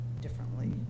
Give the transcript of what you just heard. differently